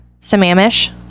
Sammamish